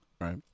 right